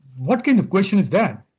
what kind of question is that?